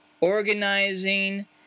organizing